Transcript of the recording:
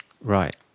Right